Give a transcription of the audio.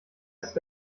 ist